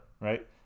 right